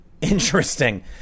interesting